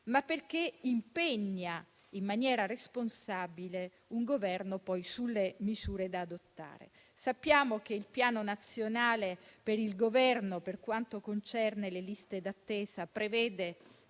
perché impegna in maniera responsabile il Governo sulle misure da adottare. Sappiamo che il Piano nazionale per il Governo delle liste d'attesa prevede